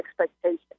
expectations